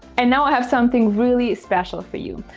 and now i have something really special for you.